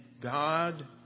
God